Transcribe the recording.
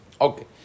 Okay